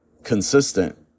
Consistent